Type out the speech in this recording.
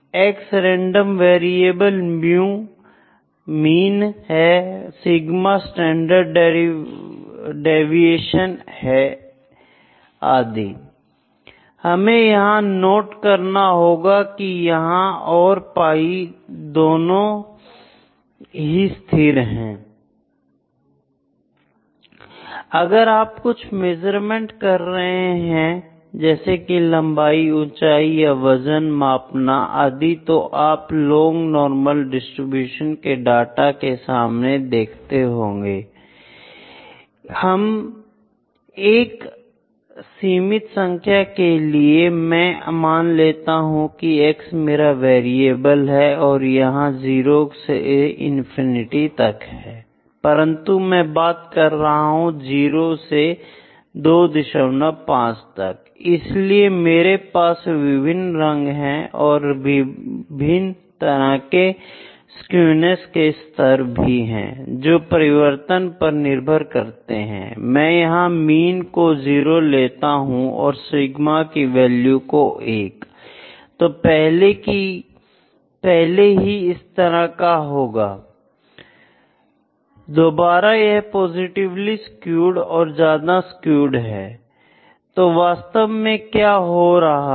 X random variable mean है sigma standard deviation है आदि I हमें यह नोट करना होगा कि यहां और पाई दोनों ही स्थिर है I अगर आप कुछ मेजरमेंट कर रहे हैं जैसे कि लंबाई ऊंचाई या वजन मापना आदि तो आप लोग नॉर्मल डिस्ट्रीब्यूशन के डाटा के समान देखता होगा I एक सीमित संख्या के लिए मैं मान लेता हूं कि X मेरा वेरिएबल है और यह जीरो से इंफिनिटी तक है I परंतु मैं बात कर रहा हूं 0 से 25 तक I इसलिए मेरे पास विभिन्न रंग है और विभिन्न तरह के स्क्यूनेस के स्तर भी हैं जो परिवर्तन पर निर्भर करते हैं I मैं यहां मीन को 0 लेता हूं और सिग्मा की वैल्यू को 1 I तो पहले ही इस तरह होगा I दोबारा यह पॉजिटिवली स्क्यूड और ज्यादा स्क्यूड है I तो वास्तव में क्या हो रहा है